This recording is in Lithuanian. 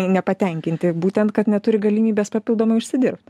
nepatenkinti būtent kad neturi galimybės papildomai užsidirbt